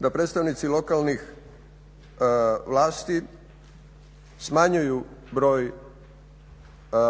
da predstavnici lokalnih vlasti smanjuju broj